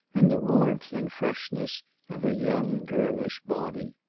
and the warmth and freshness of a young girlish body.